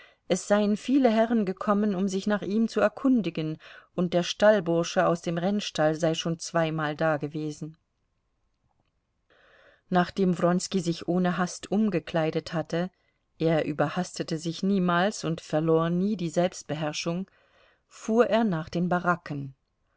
es seien viele herren gekommen um sich nach ihm zu erkundigen und der stallbursche aus dem rennstall sei schon zweimal dagewesen nachdem wronski sich ohne hast umgekleidet hatte er überhastete sich niemals und verlor nie die selbstbeherrschung fuhr er nach den baracken